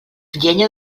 llenya